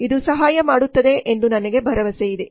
ಇದು ಸಹಾಯ ಮಾಡುತ್ತದೆ ಎಂದು ನಾನು ಭಾವಿಸುತ್ತೇನೆ